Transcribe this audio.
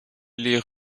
les